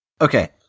Okay